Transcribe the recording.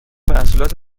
محصولات